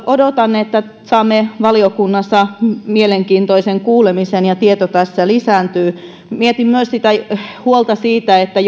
odotan että saamme valiokunnassa mielenkiintoisen kuulemisen ja tieto tässä lisääntyy mietin myös huolta siitä että